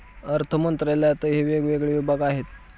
अर्थमंत्रालयातही वेगवेगळे विभाग आहेत